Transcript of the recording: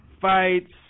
fights